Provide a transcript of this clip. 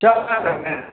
केतना दिनमे